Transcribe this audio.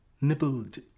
Nibbled